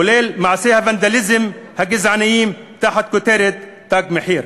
כולל מעשי הוונדליזם הגזעניים תחת הכותרת "תג מחיר",